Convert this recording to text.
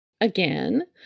again